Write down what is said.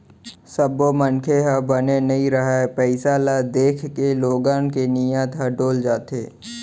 सब्बो मनखे ह बने नइ रहय, पइसा ल देखके लोगन के नियत ह डोल जाथे